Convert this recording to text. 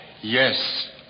Yes